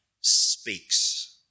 speaks